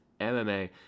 MMA